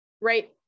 right